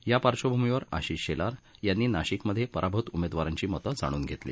या पार्श्वभूमीवर आशिष शेलार यांनी नाशिकमध्ये पराभुत उमेदवारांची मतं जाणून घेतली